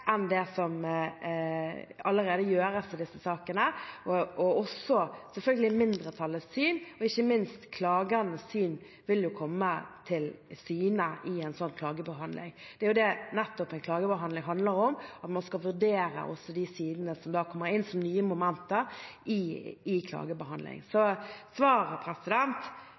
enn det som allerede gjøres i disse sakene, og selvfølgelig også mindretallets syn. Ikke minst vil også klagernes syn komme til syne i en slik klagebehandling. Det er jo nettopp det en klagebehandling handler om – man skal vurdere også de sidene som kommer inn som nye momenter, i klagebehandlingen. Så svaret